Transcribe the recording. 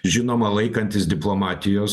žinoma laikantis diplomatijos